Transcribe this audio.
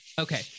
okay